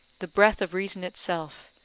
the breath of reason itself,